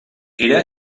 era